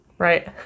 Right